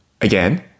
Again